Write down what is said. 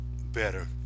better